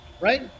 right